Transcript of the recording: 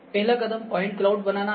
पहला कदम point cloud बनाना है